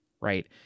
Right